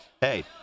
Hey